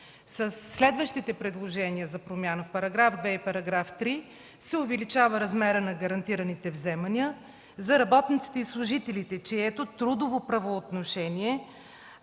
Със следващите предложения за промяна – в § 2 и § 3, се увеличава размерът на гарантираните вземания за работниците и служителите, чието трудово правоотношение